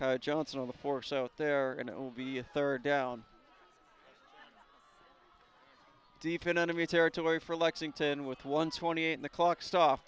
down johnson on the force out there and it will be a third down deep in enemy territory for lexington with one twenty eight in the clock stop